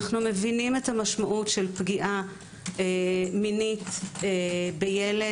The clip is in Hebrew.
אנו מבינים את המשמעות של פגיעה מינית בילד,